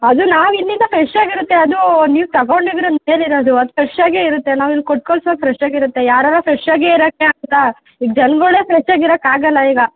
ಅದು ನಾವು ಇಲ್ಲಿಂದ ಫ್ರೆಶ್ಶಾಗಿರುತ್ತೆ ಅದು ನೀವು ತಗೊಂಡಿದ್ರ ಮೇಲೆ ಇರೋದು ಅದು ಫ್ರೆಶ್ಶಾಗೆ ಇರುತ್ತೆ ನಾವು ಇಲ್ಲಿ ಕೊಟ್ಟು ಕಳ್ಸೊವಾಗ ಫ್ರೆಶ್ಶಾಗೆ ಇರುತ್ತೆ ಯಾರರ ಫ್ರೆಶ್ಶಾಗೆ ಇರೋಕ್ಕೆ ಆಗುತ್ತ ಈಗ ಜನ್ಗಳೆ ಫ್ರೆಶ್ಶಾಗಿರೋಕ್ಕಾಗೋಲ್ಲ ಈಗ